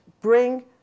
bring